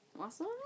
Awesome